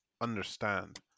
understand